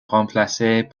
remplacée